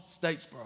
Statesboro